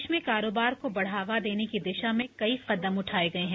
देश में कारोबार को बढ़ावा देने की दिशा में कई कदम उठाये गए हैं